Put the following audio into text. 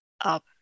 up